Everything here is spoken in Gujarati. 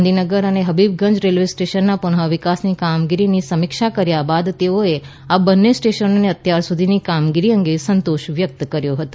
ગાંધીનગર અને હબીબગંજ રેલવે સ્ટેશનના પુનઃવિકાસની કામગીરીની સમીક્ષા કર્યા બાદ તેઓએ આ બંને સ્ટેશનોની અત્યાર સુધીની કામગીરી અંગે સંતોષ વ્યક્ત કર્યો હતો